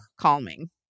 calming